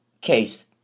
case